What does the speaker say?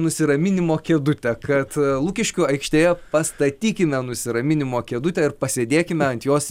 nusiraminimo kėdutę kad lukiškių aikštėje pastatykime nusiraminimo kėdutę ir pasėdėkime ant jos